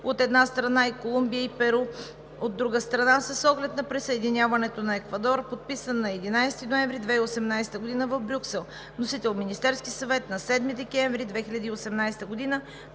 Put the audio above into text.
от една страна, и Колумбия и Перу, от друга страна, с оглед на присъединяването на Еквадор, подписан на 11 ноември 2016 г. в Брюксел. Вносител е Министерският съвет на 7 декември 2018 г.